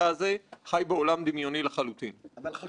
כבר הודעת הדובר הייתה מוכנה.